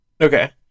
Okay